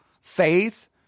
faith